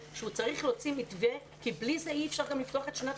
צריך להוציא מתווה כי בלי זה אי אפשר לפתוח את שנת